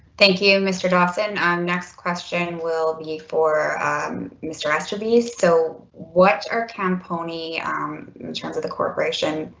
thank you mr. dawson next question will be for mr. aster be so what are camponi in terms of the corporation,